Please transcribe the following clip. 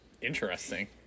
Interesting